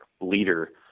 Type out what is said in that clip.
leader